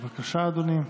בבקשה, אדוני,